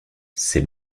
c’est